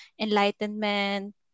enlightenment